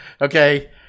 okay